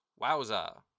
Wowza